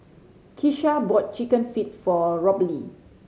Keisha bought Chicken Feet for Robley